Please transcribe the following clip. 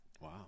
wow